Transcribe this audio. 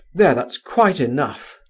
there, that's quite enough!